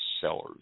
Sellers